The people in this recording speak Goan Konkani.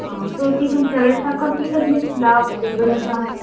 आ सो तीं तुमच्या कडेन आतां कसलीं कसलीं फुलां अवेलेबल आसा